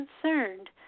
concerned